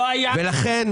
לא היה --- לכן,